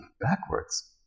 backwards